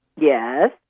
Yes